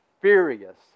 furious